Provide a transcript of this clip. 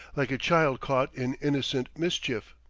like a child caught in innocent mischief.